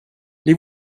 les